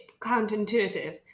counterintuitive